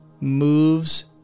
moves